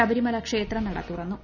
ശബരിമല ക്ഷേത്ര നട തുറന്നു